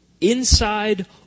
inside